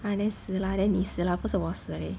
ah then 死 lah then 你死 lah 不是我死 leh